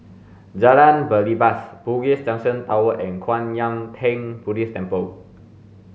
Jalan Belibas Bugis Junction Towers and Kwan Yam Theng Buddhist Temple